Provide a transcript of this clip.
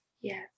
Yes